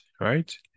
right